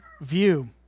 view